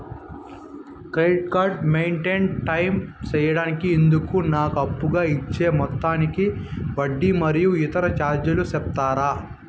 Credit card maintain time సేయడానికి ఇందుకు నాకు అప్పుగా ఇచ్చే మొత్తానికి వడ్డీ మరియు ఇతర చార్జీలు సెప్తారా?